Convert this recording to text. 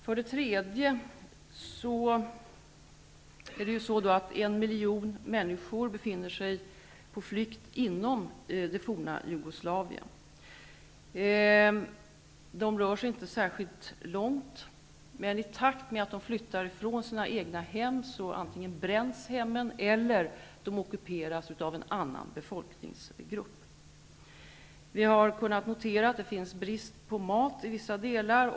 För det tredje befinner sig en miljon människor på flykt inom det forna Jugoslavien. De rör sig inte särskilt långt, men i takt med att de flyttar från sina hem bränns hemmen eller ockuperas av en annan befolkningsgrupp. Vi har kunnat notera att det råder brist på mat i vissa områden.